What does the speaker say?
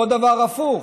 אותו הדבר הפוך,